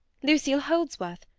lucille holdsworth!